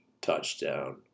touchdown